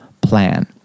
plan